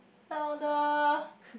louder